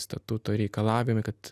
statuto reikalavime kad